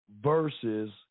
versus